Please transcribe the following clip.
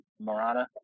Morana